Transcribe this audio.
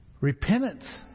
Repentance